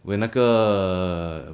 when 那个